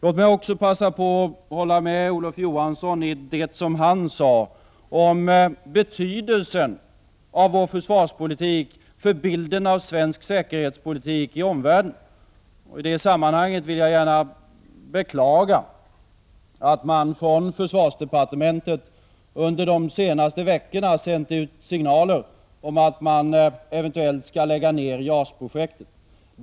Låt mig passa på att hålla med Olof Johansson i det som han sade om betydelsen av vår försvarspolitik för bilden av svensk säkerhetspolitik i omvärlden. I det sammanhanget beklagar jag att man från försvarsdepartementet under de senaste veckorna sänt ut signaler om att man eventuellt skall lägga ned JAS-projektet.